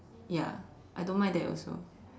ya I don't mind that also